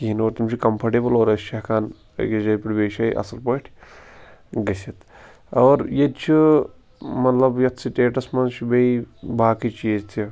کِہیٖنۍ اور تِم چھِ کَمفٲٹیبٕل اور أسۍ چھِ ہٮ۪کان أکِس جایہِ پٮ۪ٹھ بیٚیہِ جایہِ اَصٕل پٲٹھۍ گٔژھِتھ اور ییٚتہِ چھِ مطلب یَتھ سٹیٹَس منٛز چھِ بیٚیہِ باقٕے چیٖز تہِ